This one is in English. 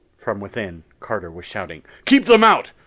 from within, carter was shouting, keep them out!